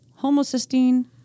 homocysteine